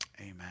Amen